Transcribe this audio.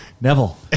Neville